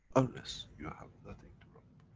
unless you have nothing to.